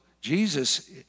Jesus